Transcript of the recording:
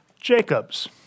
Jacob's